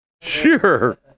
Sure